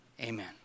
Amen